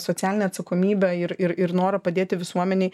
socialinę atsakomybę ir ir ir norą padėti visuomenei